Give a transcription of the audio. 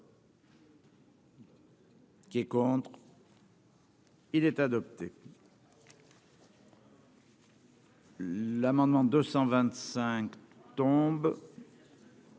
Qui est contre. Il est adopté. L'amendement 225 tombe.